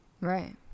Right